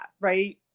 right